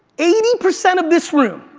eighty percent of this room,